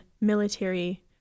military